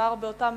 מדובר באותן